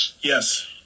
Yes